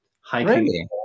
hiking